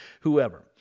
whoever